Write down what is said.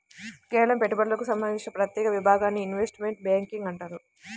కేవలం పెట్టుబడులకు సంబంధించిన ప్రత్యేక విభాగాన్ని ఇన్వెస్ట్మెంట్ బ్యేంకింగ్ అంటారు